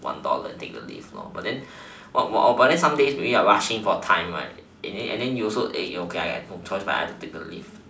one dollar and take the lift but then some days maybe you are rushing for time right and then you also okay no choice but to take the lift